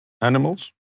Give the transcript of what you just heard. animals